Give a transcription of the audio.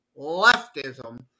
leftism